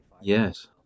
Yes